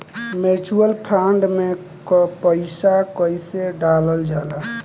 Mutual fund मे पईसा कइसे डालल जाला?